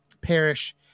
parish